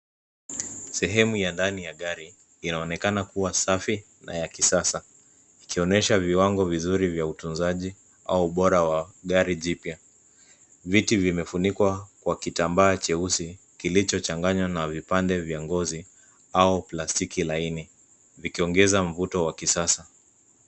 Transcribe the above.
Sehemu ya ndani ya gari, inaonekana kuwa safi na ya kisasa , ikionyesha viwango vizuri vya utunzaji au ubora wa gari jipya. Viti vimefunikwa kwa kitambaa cheusi kilichochanganywa na vipande vya ngozi au plastiki laini vikiongenza mvuto wa kisasa.